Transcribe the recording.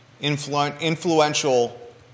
influential